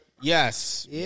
Yes